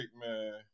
man